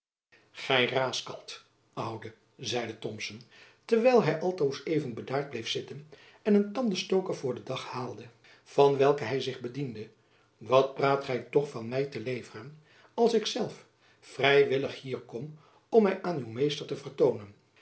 gy raaskalt oude zeide thomson terwijl hy altoos even bedaard bleef zitten en een tandestoker voor den dag haalde van welke hy zich bediende wat praat gy toch van my te leveren als ik zelf vrijwillig hier kom om my aan uw meester te vertoonen